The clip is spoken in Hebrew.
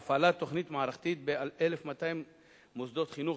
הפעלת תוכנית מערכתית ב-1,200 מוסדות חינוך,